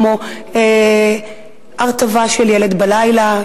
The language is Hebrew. כמו הרטבה של ילד בלילה,